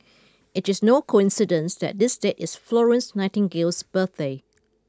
it is no coincidence that this date is Florence Nightingale's birthday